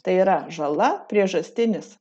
tai yra žala priežastinis